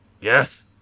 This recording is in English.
Yes